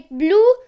blue